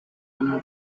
una